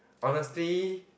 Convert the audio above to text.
honestly